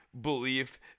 belief